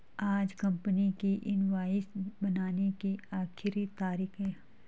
आज कंपनी की इनवॉइस बनाने की आखिरी तारीख है